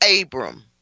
Abram